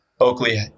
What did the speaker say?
Oakley